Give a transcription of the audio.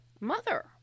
mother